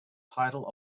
title